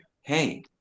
hey